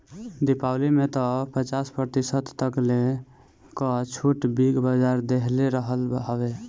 दीपावली में तअ पचास प्रतिशत तकले कअ छुट बिग बाजार देहले रहल हवे